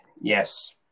Yes